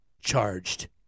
charged